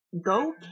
Go